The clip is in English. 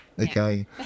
Okay